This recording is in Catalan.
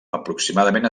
aproximadament